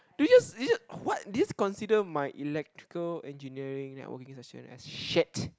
do you just did you just what did you just consider my electrical engineering networking session as shit